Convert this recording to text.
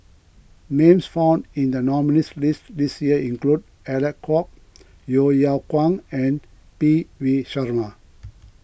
names found in the nominees' list this year include Alec Kuok Yeo Yeow Kwang and P V Sharma